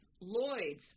Lloyd's